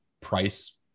price